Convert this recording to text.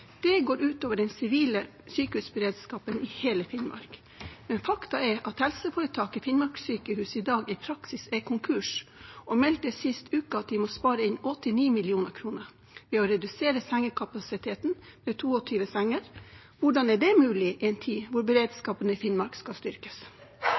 Det går ut over den sivile sykehusberedskapen i hele Finnmark. Fakta er at helseforetaket Finnmarkssykehuset i dag i praksis er konkurs, og de meldte sist uke at de må spare inn 89 mill. kr ved å redusere sengekapasiteten med 22 senger. Hvordan er det mulig i en tid hvor